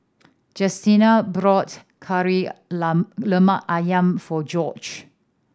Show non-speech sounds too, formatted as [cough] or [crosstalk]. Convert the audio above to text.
Justina bought Kari [unintelligible] Lemak Ayam for Gorge